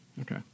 Okay